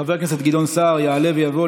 חבר הכנסת גדעון סער יעלה ויבוא.